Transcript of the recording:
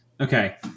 Okay